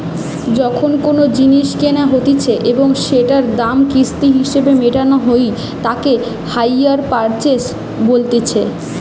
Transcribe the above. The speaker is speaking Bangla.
যখন কোনো জিনিস কেনা হতিছে এবং সেটোর দাম কিস্তি হিসেবে মেটানো হই তাকে হাইয়ার পারচেস বলতিছে